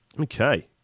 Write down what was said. Okay